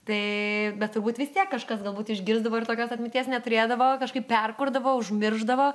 tai bet turbūt vis tiek kažkas galbūt išgirsdavo ir tokios atminties neturėdavo kažkaip perkurdavo užmiršdavo